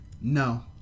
No